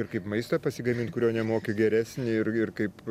ir kaip maistą pasigamint kurio nemoki geresnį ir ir kaip